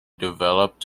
developed